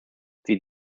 sie